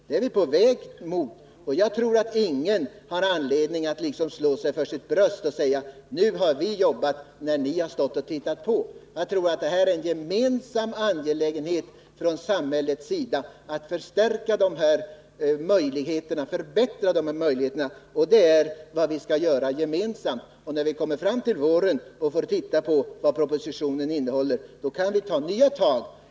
Det är vi på väg mot, och jag tror inte att någon har anledning att slå sig för sitt bröst och säga: Nu har vi jobbat bra, när man egentligen bara har stått och tittat på. Det är en gemensam angelägenhet att vi från samhällets sida stärker och förbättrar möjligheterna — och det skall vi göra. Och när vi kommer fram till våren och får titta på vad propositionen innehåller kan vi ta nya tag.